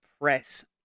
press